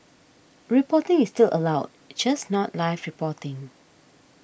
reporting is still allowed just not live reporting